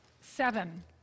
seven